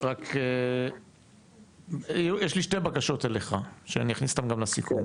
רק יש לי שתי בקשות אליך שאני אכניס אותם גם לסיכום,